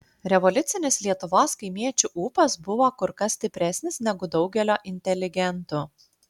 revoliucinis lietuvos kaimiečių ūpas buvo kur kas stipresnis negu daugelio inteligentų